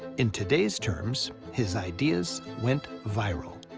in today's terms, his ideas went viral.